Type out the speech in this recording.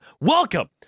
Welcome